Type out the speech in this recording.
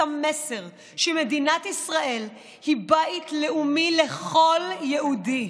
המסר שמדינת ישראל היא בית לאומי לכל יהודי,